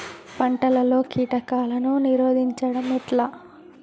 పంటలలో కీటకాలను నిరోధించడం ఎట్లా?